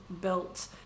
built